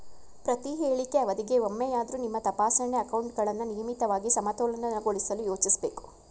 ಪ್ರತಿಹೇಳಿಕೆ ಅವಧಿಗೆ ಒಮ್ಮೆಯಾದ್ರೂ ನಿಮ್ಮ ತಪಾಸಣೆ ಅಕೌಂಟ್ಗಳನ್ನ ನಿಯಮಿತವಾಗಿ ಸಮತೋಲನಗೊಳಿಸಲು ಯೋಚಿಸ್ಬೇಕು